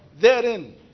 therein